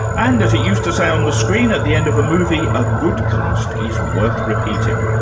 and as it used to say on the screen at the end of a movie, a good cast is worth repeating.